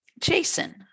Jason